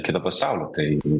kito pasaulio tai